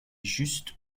juste